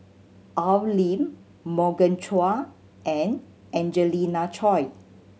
Al Lim Morgan Chua and Angelina Choy